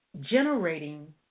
generating